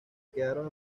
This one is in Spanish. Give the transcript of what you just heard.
quedaron